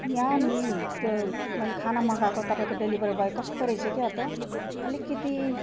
यहाँ नि त्यो मैले खाना मगाएको तपाईँको डेलिभेरी बोय कस्तो रहेस क्या त अलिकति